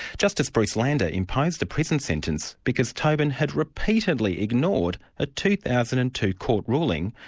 justice bruce lander imposed the prison sentence because toben had repeatedly ignored a two thousand and two court ruling,